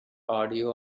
audio